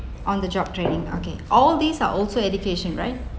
on the job training okay all these are also education right